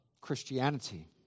Christianity